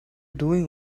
doing